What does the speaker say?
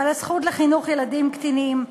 על הזכות לחינוך ילדים קטינים,